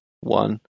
one